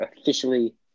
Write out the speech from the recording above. officially